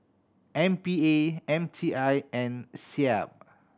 M P A M T I and SEAB